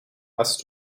hast